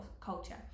culture